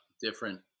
different